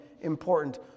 important